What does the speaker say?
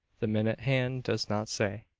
the minute hand does not say.